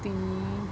થી